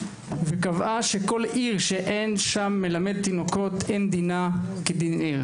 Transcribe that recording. וקבעה שכל עיר שאין שם מלמד תינוקות אין דינה כדין עיר.